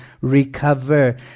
recover